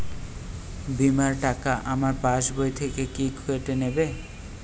বিমার টাকা আমার পাশ বই থেকে কি কেটে নেবে?